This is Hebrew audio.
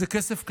זה כסף קטן,